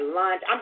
lunch